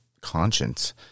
Conscience